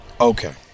Okay